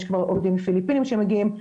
יש כבר עובדים פיליפינים שמגיעים,